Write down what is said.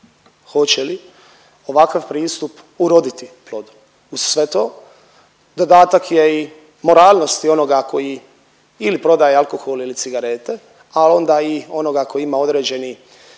hoće li ovakav pristup uroditi plodom. Uz sve to, dodatak je i moralnosti onoga koji ili prodaje alkohol ili cigarete, a onda i onoga tko ima određeni